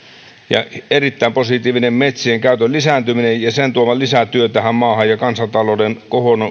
ja erittäin positiivinen metsienkäytön lisääntyminen ja sen tuoma lisätyö tähän maahan kansantalouden